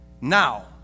Now